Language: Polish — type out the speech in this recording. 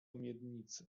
miednicy